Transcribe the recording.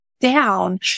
down